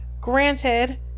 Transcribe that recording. Granted